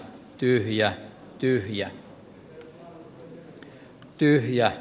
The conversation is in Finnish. yhiä kimmo tiilikainen